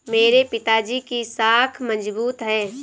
मेरे पिताजी की साख मजबूत है